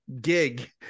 gig